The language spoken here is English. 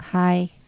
Hi